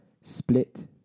Split